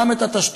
גם את התשתיות,